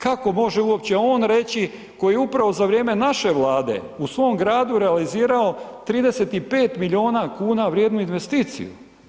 Kako može uopće on reći koji upravo za vrijeme naše Vlade u svom gradu realizirao 35 milijuna kuna vrijednu investiciju.